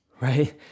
right